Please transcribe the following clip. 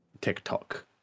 tiktok